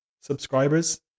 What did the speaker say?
subscribers